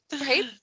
Right